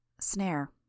SNARE